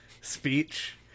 speech